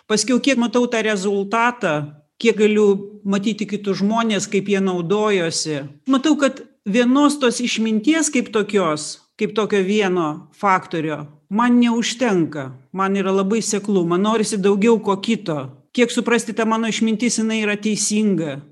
paskiau kiek matau tą rezultatą kiek galiu matyti kitus žmones kaip jie naudojosi matau kad vienos tos išminties kaip tokios kaip tokio vieno faktorio man neužtenka man yra labai seklu man norisi daugiau ko kito kiek suprasti ta mano išmintis jinai yra teisinga